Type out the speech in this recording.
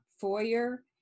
foyer